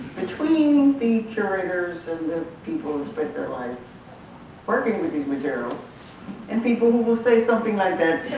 between the curators and the people who spent their life working with these materials and people will will say something like